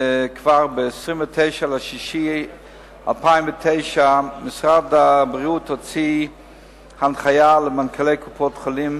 כבר ב-29 ביוני 2009 הוציא משרד הבריאות הנחיה למנכ"לי קופות-החולים,